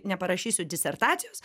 neparašysiu disertacijos